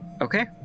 okay